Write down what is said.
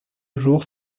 jours